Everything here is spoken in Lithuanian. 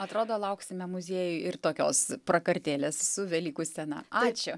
atrodo lauksime muziejuj ir tokios prakartėlės su velykų scena ačiū